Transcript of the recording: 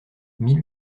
mille